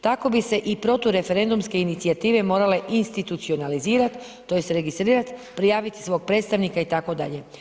Tako bi se i protureferendumske inicijative morale institucionalizirat tj. registrirat, prijavit svog predstavnika itd.